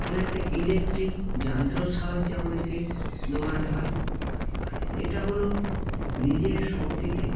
কোনো একটা ইলেকট্রিক যন্ত্র সাহায্যে আমাদেরকে দৌড়াতে হয় এটা হলো নিজের শক্তিতে